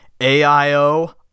AIO